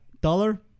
Dollar